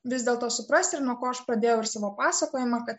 vis dėlto suprasti ir nuo ko aš pradėjau ir savo pasakojimą kad